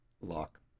lock